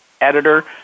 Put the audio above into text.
editor